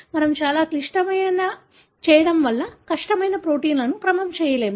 మేము చాలా క్లిష్టమైన చేయడం కష్టమైన ప్రోటీన్లను క్రమం చేయము